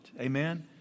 Amen